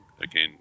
again